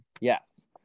yes